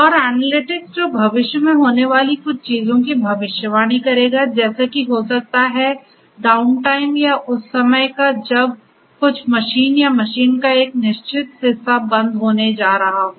और एनालिटिक्स जो भविष्य में होने वाली कुछ चीजों की भविष्यवाणी करेगा जैसे कि हो सकता है कि डाउनटाइम या उस समय का जब कुछ मशीन या मशीन का एक निश्चित हिस्सा बंद होने जा रहा हो